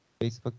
Facebook